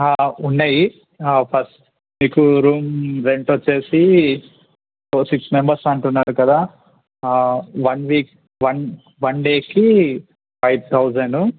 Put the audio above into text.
ఉన్నాయి ఫస్ట్ మీకు room rent వచ్చి సిక్స్ మెంబర్స్ అంటున్నారు కదా వన్ వీక్ వన్ వన్డేకి ఫైవ్ థౌసండ్